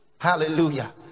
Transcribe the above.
hallelujah